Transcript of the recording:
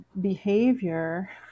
behavior